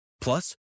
Plus